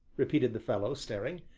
repeated the fellow, staring.